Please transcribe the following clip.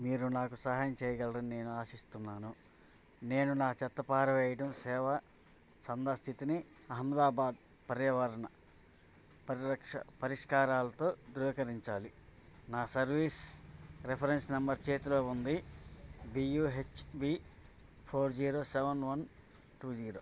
hello మీరు నాకు సహాయం చేయగలరని నేను ఆశిస్తున్నాను నేను నా చెత్త పారవేయడం సేవ చందా స్థితిని అహ్మదాబాద్ పర్యావరణ పరిరక్షణ పరిష్కారాలతో ధృవీకరించాలి నా సర్వీస్ రిఫరెన్స్ నంబర్ చేతిలో ఉంది B U H B four zero seven one two zero